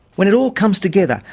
when it all comes together,